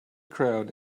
crowd